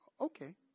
Okay